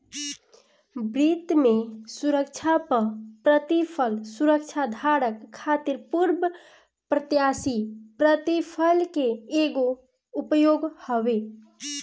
वित्त में सुरक्षा पअ प्रतिफल सुरक्षाधारक खातिर पूर्व प्रत्याशित प्रतिफल के एगो उपाय हवे